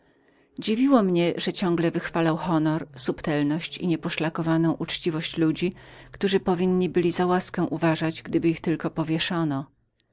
dziwiło mnie że ciągle wychwalał honor przywiązanie do słowa i nieposzlakowaną uczciwość ludzi którzy powinni byli za łaskę uważać gdyby ich tylko powieszono